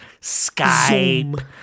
Skype